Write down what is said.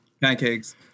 Pancakes